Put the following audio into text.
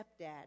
stepdad